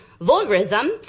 vulgarism